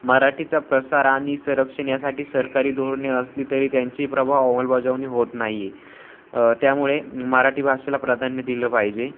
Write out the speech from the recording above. मराठीचा प्रसार आणि संरक्षण यासाठी सरकारी धोरणे असली तरी त्यांची प्रभाव अंलबजावणी होत नाही आहे त्यामुळे मराठी भाषेला प्राधान्य दिलं पाहिजे